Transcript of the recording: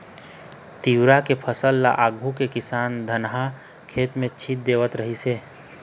तिंवरा के फसल ल आघु के किसान धनहा खेत म छीच देवत रिहिस हे